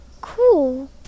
Cool